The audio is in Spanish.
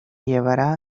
llevará